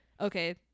okay